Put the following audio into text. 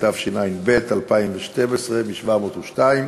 התשע"ב 2012,